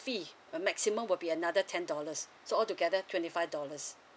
fees uh maximum will be another ten dollars so all together twenty five dollars